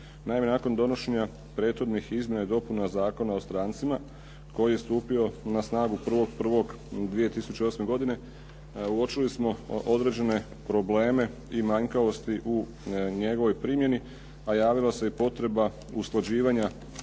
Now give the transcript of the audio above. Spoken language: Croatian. Naime, nakon donošenja prethodnih izmjena i dopuna Zakona o strancima koji je stupio na snagu 1. 1. 2008. godine uočili smo određene probleme i manjkavosti u njegovoj primjeni, a javila se i potreba usklađivanja